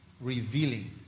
revealing